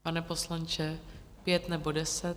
Pane poslanče, pět, nebo deset?